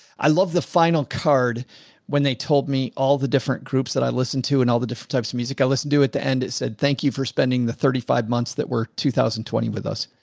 i love the final card when they told me all the different groups that i listened to and all the different types of music i listened to at the end, it said, thank you for spending the thirty five months that were two thousand and twenty with us.